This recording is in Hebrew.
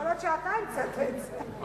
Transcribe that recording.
יכול להיות שאתה המצאת את זה.